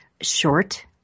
short